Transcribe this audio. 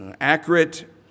accurate